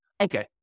Okay